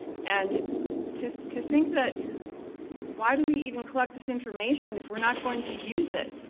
and to to think that why do we even collect this information if we're not going to use it,